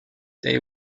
they